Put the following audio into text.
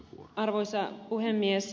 arvoisa puhemies